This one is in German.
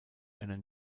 einer